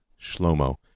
Shlomo